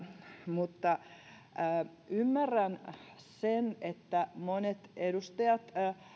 mutta ymmärrän sen että monet edustajat